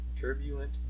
Turbulent